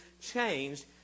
changed